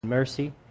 mercy